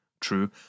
true